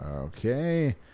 Okay